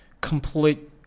complete